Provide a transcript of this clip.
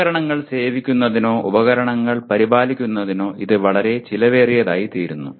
ഉപകരണങ്ങൾ സേവിക്കുന്നതിനോ ഉപകരണങ്ങൾ പരിപാലിക്കുന്നതിനോ ഇത് വളരെ ചെലവേറിയതായിത്തീരുന്നു